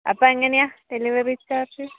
അപ്പോൾ എങ്ങനെയാണ് delivery charge